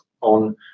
on